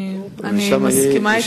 אני מסכימה אתך.